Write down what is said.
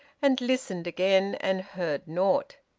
and listened again, and heard naught.